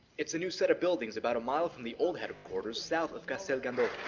it's a new set of buildings about a mile from the old headquarters, south of castel gandolfo.